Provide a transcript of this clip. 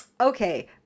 Okay